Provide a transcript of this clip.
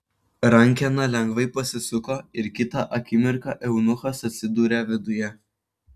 rankena lengvai pasisuko ir kitą akimirką eunuchas atsidūrė viduje